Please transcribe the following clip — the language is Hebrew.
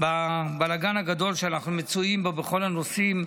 בבלגן הגדול שאנחנו מצויים בו בכל הנושאים,